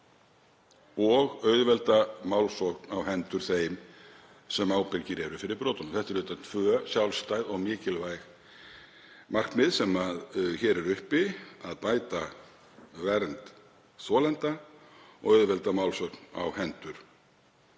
og auðvelda málsókn á hendur þeim sem ábyrgir eru fyrir brotunum. Þetta eru tvö sjálfstæð og mikilvæg markmið sem hér eru uppi; að bæta vernd þolenda og auðvelda málsókn á hendur